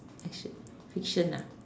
fiction fiction ah